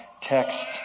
text